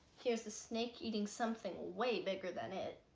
here's the snake eating something way bigger than it